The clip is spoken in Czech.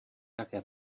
také